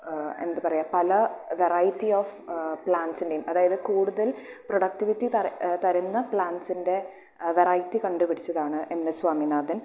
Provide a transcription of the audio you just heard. എന്തുപറയാ പല variety of പ്ലാൻറ്സിൻറെയും അതായത് കൂടുതൽ പ്രൊഡക്ടിവിറ്റി തരുന്ന പ്ലാൻറ്സിൻറെ വെറൈറ്റി കണ്ടുപിടിച്ചതാണ് എമ് എസ് സ്വാമിനാഥൻ